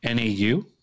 NAU